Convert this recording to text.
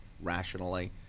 rationally